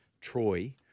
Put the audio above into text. Troy